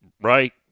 right